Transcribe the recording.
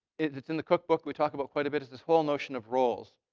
it's it's in the cookbook, we talked about quite a bit it's this whole notion of roles.